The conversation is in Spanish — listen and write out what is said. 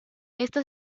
esta